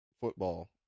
Football